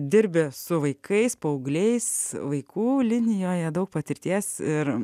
dirbi su vaikais paaugliais vaikų linijoje daug patirties ir